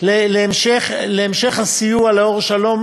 להמשך הסיוע ל"אור שלום"